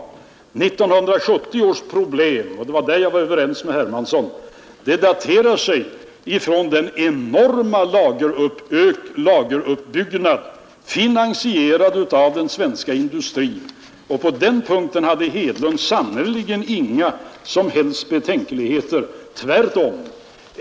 1970 års problem — det var på den punkten jag var ense med herr Hermansson — berodde på den enorma lageruppbyggnaden, finansierad av den svenska industrin, och på den punkten hade Hedlund sannerligen inga som helst betänkligheter. Tvärtom.